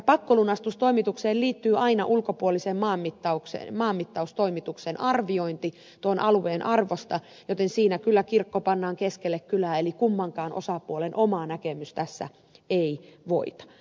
pakkolunastustoimitukseen liittyy aina ulkopuolisen maanmittaustoimituksen arviointi tuon alueen arvosta joten siinä kyllä kirkko pannaan keskelle kylää eli kummankaan osapuolen oma näkemys tässä ei voita